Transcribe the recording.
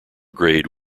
grade